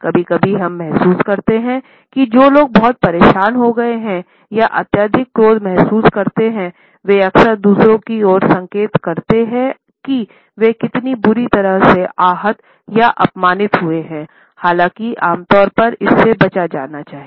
कभी कभी हम महसूस करते हैं कि जो लोग बहुत परेशान हो गए हैं या अत्यधिक क्रोध महसूस करते हैं वे अक्सर दूसरों की ओर संकेत करते हैं कि वे कितनी बुरी तरह से आहत या अपमानित हुए हैं हालाँकि आमतौर पर इससे बचा जाना चाहिए